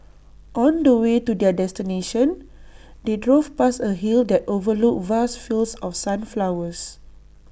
on the way to their destination they drove past A hill that overlooked vast fields of sunflowers